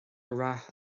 rath